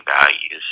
values